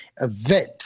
event